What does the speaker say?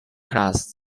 class